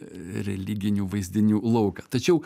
religinių vaizdinių lauką tačiau